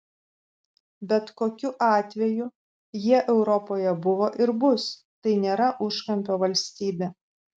bet kokiu atveju jie europoje buvo ir bus tai nėra užkampio valstybė